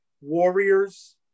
Warriors